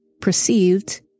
perceived